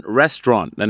restaurant